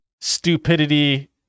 stupidity